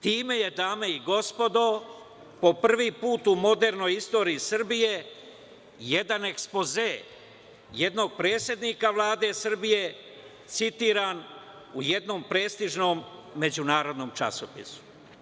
Time je dame i gospodo po prvi put u modernoj istoriji Srbije jedan ekspoze jednog predsednika Vlade Srbije, citiram u jednom prestižnom međunarodnom časopisu.